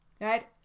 right